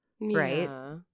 right